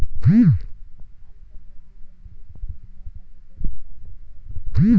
अल्कधर्मी जमिनीत भुईमूगासाठी कोणती काळजी घ्यावी?